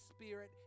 Spirit